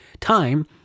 time